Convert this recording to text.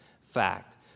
Fact